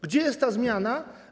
Gdzie jest ta zmiana?